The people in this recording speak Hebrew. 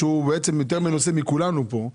שהוא יותר מנוסה מכולנו פה,